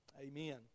Amen